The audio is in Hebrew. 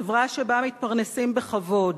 חברה שבה מתפרנסים בכבוד,